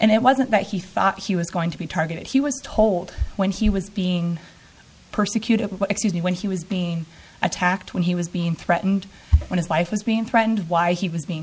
and it wasn't that he thought he was going to be targeted he was told when he was being persecuted excuse me when he was being attacked when he was being threatened when his life was being threatened why he was being